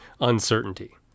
uncertainty